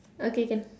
okay can